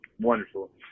Wonderful